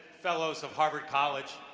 fellows of harvard college,